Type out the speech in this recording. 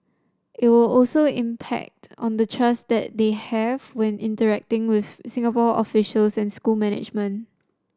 it will also impact on the trust that they have when interacting with Singapore officials and school management